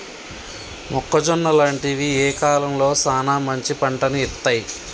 మొక్కజొన్న లాంటివి ఏ కాలంలో సానా మంచి పంటను ఇత్తయ్?